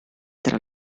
tra